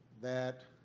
that